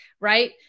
right